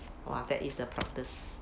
!wah! that is the practice